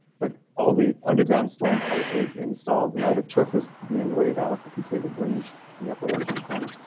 but all the underground store. and pipe is installed and now the turf is being laid out. you can see the green in the upper left hand corner.